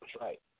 Right